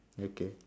okay